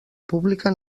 pública